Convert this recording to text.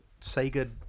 Sega